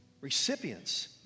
recipients